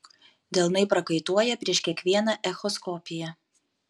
delnai prakaituoja prieš kiekvieną echoskopiją